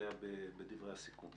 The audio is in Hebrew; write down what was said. אליה בדברי הסיכום.